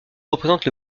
représente